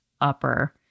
upper